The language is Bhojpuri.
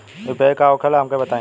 यू.पी.आई का होखेला हमका बताई?